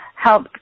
help